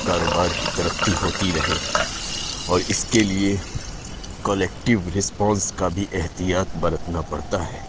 کاروبار کی ترقی ہوتی رہے اور اس کے لیے کولیکٹیو رسپانس کا بھی احتیاط برتنا پڑتا ہے